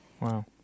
Wow